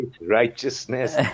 righteousness